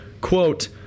Quote